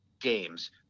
games